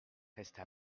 resta